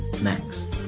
Max